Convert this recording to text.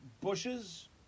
bushes